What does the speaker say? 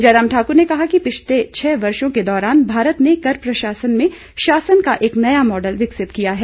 जय राम ठाकूर ने कहा कि पिछले छह वर्षो के दौरान भारत ने कर प्रशासन में शासन का एक नया मॉडल विकसित किया है